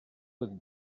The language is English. with